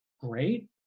great